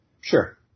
Sure